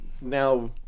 now